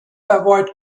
avoid